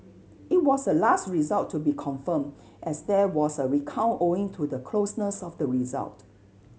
it was the last result to be confirmed as there was a recount owing to the closeness of the result